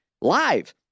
live